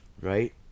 right